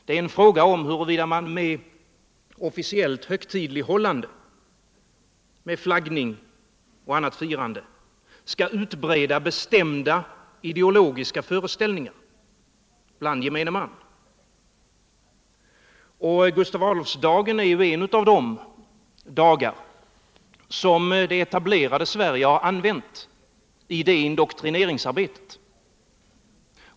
Det är en fråga om huruvida man med officiellt högtidlighållande med flaggning och annat firande skall utbreda bestämda ideologiska föreställningar bland gemene man. Gustav Adolfsdagen är en av de dagar som det etablerade Sverige har använt i indoktrineringsarbetet.